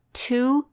two